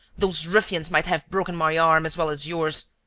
those ruffians might have broken my arm as well as yours!